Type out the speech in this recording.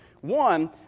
one